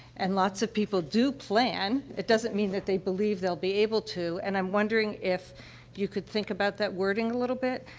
and lots of people do plan. it doesn't mean that they believe they'll be able to. and i'm wondering if you could think about that wording a little bit.